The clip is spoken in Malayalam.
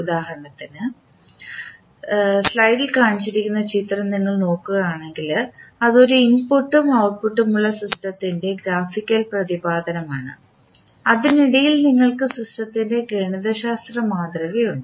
ഉദാഹരണത്തിന് സ്ലൈഡിൽ കാണിച്ചിരിക്കുന്ന ചിത്രം നിങ്ങൾ നോക്കുകയാണെങ്കിൽ അത് ഒരു ഇൻപുട്ടും ഔറ്റ്പുട്ടും ഉള്ള സിസ്റ്റത്തിൻറെ ഗ്രാഫിക്കൽ പ്രതിപാദനം ആണ് അതിനിടയിൽ നിങ്ങൾക്ക് സിസ്റ്റത്തിൻറെ ഗണിതശാസ്ത്ര മാതൃക ഉണ്ട്